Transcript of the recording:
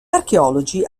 archeologi